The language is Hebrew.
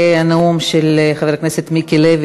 כמובן שאחרי הנאום של חבר הכנסת מיקי לוי,